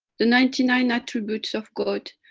the ninety nine attributes of god,